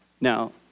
Now